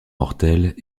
mortelles